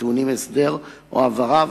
הטעונים הסדר או הבהרה,